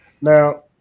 now